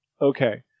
okay